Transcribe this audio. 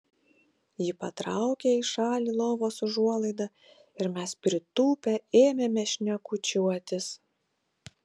ji patraukė į šalį lovos užuolaidą ir mes pritūpę ėmėme šnekučiuotis